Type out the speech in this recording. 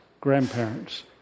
grandparents